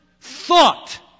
thought